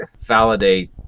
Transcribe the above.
validate